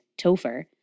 Topher